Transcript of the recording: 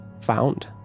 found